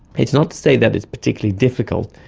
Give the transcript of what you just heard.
it's not to say that it's particularly difficult,